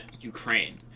Ukraine